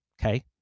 okay